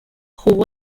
jugó